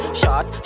shot